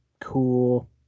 cool